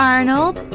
Arnold